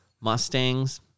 Mustangs